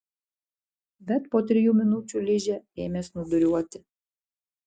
bet po trijų minučių ližė ėmė snūduriuoti